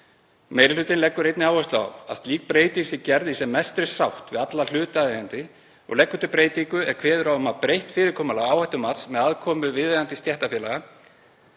Meiri hlutinn leggur einnig áherslu á að slík breyting sé gerð í sem mestri sátt við alla hlutaðeigandi og leggur til breytingu er kveður á um breytt fyrirkomulag áhættumats með aðkomu viðeigandi stéttarfélaga.